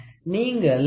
நீங்கள் 57